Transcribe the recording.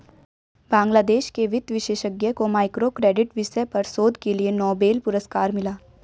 बांग्लादेश के वित्त विशेषज्ञ को माइक्रो क्रेडिट विषय पर शोध के लिए नोबेल पुरस्कार मिला